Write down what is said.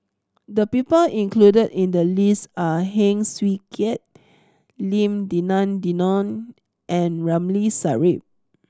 the people included in the list are Heng Swee Keat Lim Denan Denon and Ramli Sarip